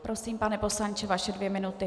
Prosím, pane poslanče, vaše dvě minuty.